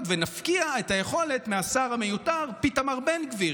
ונפקיע את היכולת מהשר המיותר איתמר בן גביר,